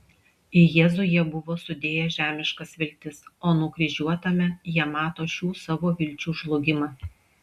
į jėzų jie buvo sudėję žemiškas viltis o nukryžiuotame jie mato šių savo vilčių žlugimą